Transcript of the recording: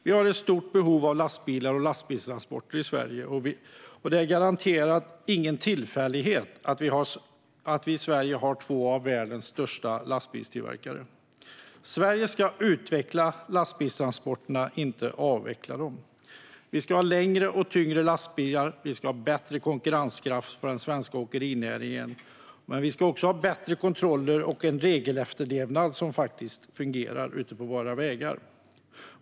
Vi har ett stort behov av lastbilar och lastbilstransporter i Sverige. Det är garanterat ingen tillfällighet att vi i Sverige har två av världens största lastbilstillverkare. Sverige ska utveckla lastbilstransporterna, inte avveckla dem. Vi ska ha längre och tyngre lastbilar. Vi ska ha bättre konkurrenskraft inom den svenska åkerinäringen. Men vi ska också ha bättre kontroller och en regelefterlevnad som faktiskt fungerar ute på våra vägar.